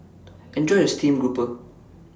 Enjoy your Stream Grouper